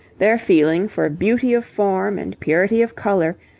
their feeling for beauty of form and purity of colour,